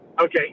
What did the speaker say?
Okay